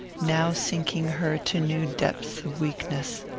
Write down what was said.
now sinking her to new depths of weakness.